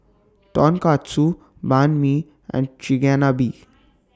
Tonkatsu Banh MI and Chigenabe